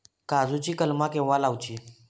काजुची कलमा केव्हा लावची?